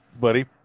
Buddy